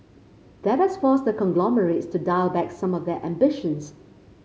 that has forced the conglomerates to dial back some of their ambitions